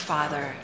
Father